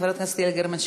חברת הכנסת יעל גרמן,